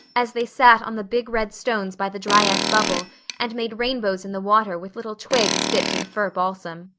as they sat on the big red stones by the dryad's bubble and made rainbows in the water with little twigs dipped in fir balsam.